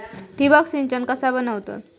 ठिबक सिंचन कसा बनवतत?